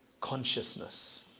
Consciousness